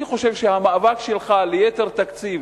אני חושב שהמאבק שלך ליתר תקציב,